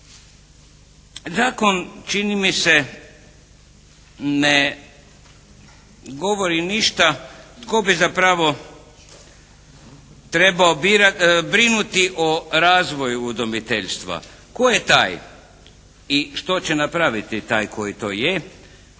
Zakon čini mi se ne govori ništa tko bi zapravo trebao brinuti o razvoju udomiteljstva, tko je taj i što će napraviti taj koji to je,